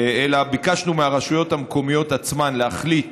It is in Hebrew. אלא ביקשנו מהרשויות המקומיות עצמן להחליט